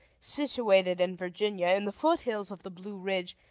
situated in virginia, in the foothills of the blue ridge,